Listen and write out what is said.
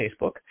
Facebook